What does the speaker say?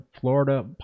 Florida